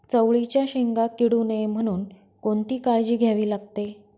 चवळीच्या शेंगा किडू नये म्हणून कोणती काळजी घ्यावी लागते?